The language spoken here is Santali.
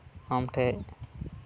ᱟᱢ ᱴᱷᱮᱡ